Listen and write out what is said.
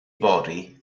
fory